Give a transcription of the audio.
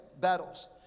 battles